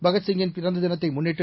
பகத்சிங்கின் பிறந்த தினத்தை முன்னிட்டு